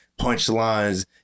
punchlines